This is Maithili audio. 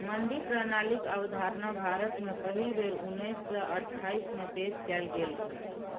मंडी प्रणालीक अवधारणा भारत मे पहिल बेर उन्नैस सय अट्ठाइस मे पेश कैल गेल रहै